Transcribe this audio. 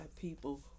people